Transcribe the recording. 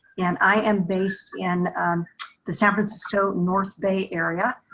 and i am based in the san francisco north bay area.